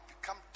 become